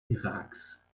iraks